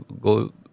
go